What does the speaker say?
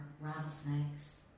rattlesnakes